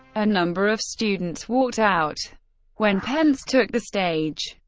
a number of students walked out when pence took the stage.